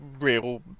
real